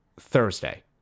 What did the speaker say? Thursday